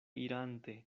irante